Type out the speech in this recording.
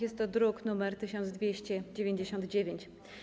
Jest to druk nr 1299.